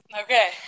Okay